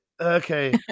Okay